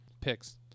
picks